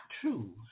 true